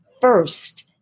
first